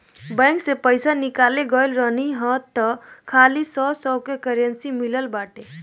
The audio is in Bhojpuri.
बैंक से पईसा निकाले गईल रहनी हअ तअ खाली सौ सौ के करेंसी मिलल बाटे